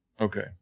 Okay